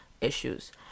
issues